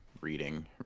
reading